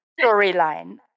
storyline